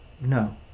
No